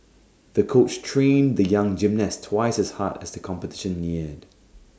the coach trained the young gymnast twice as hard as the competition neared